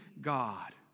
God